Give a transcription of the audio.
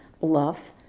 bluff